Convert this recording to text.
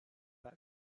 back